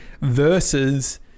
versus